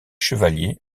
chevalier